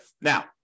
Now